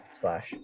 Slash